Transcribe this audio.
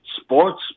sports